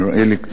נראה לי,